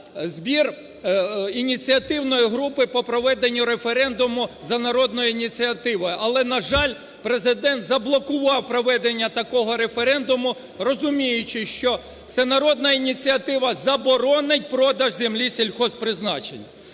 збір ініціативної групи по проведенню референдуму за народною ініціативою, але, на жаль, Президент заблокував проведення такого референдуму, розуміючи, що всенародна ініціатива заборонить продаж землі сільгосппризначення.